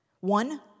One